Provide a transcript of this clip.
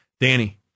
Danny